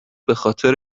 بخاطر